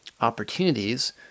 opportunities